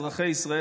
אזרחי ישראל,